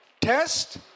test